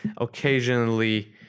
occasionally